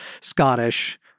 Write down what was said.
Scottish